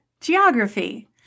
geography